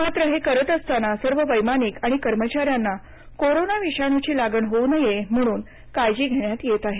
मात्र हे करत असतानाचा सर्व वैमानिक आणि कर्मचाऱ्यांना कोरोना विषाणूची लागण होऊ नये म्हणून काळजी घेण्यात येत आहे